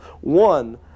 one